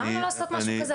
אז למה לא לעשות משהו כזה?